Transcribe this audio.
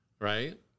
right